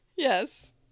yes